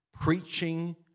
Preaching